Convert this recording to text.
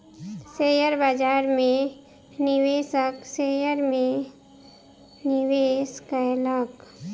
share बाजार में निवेशक शेयर में निवेश कयलक